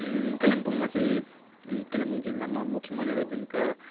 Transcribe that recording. कालिम्पोङमा चाहिँ कालिम्पोङ जिल्लामा मुख्य मनोरञ्जनका